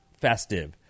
festive